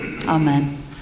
Amen